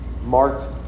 marked